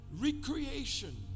recreation